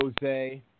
Jose